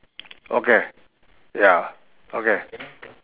okay ya okay